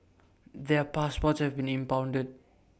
their passports have been impounded